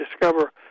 discover